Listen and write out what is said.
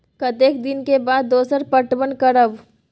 कतेक दिन के बाद दोसर पटवन करब?